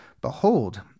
Behold